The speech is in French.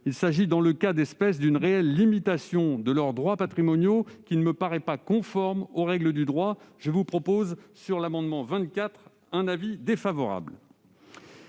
Il s'agit, dans le cas d'espèce, d'une réelle limitation de leurs droits patrimoniaux, qui ne me paraît pas conforme aux règles de droit. La commission a donc émis un avis défavorable